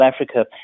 Africa